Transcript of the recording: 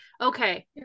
Okay